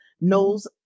knows